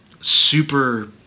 super